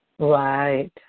Right